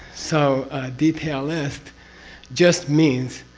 so detailist just means,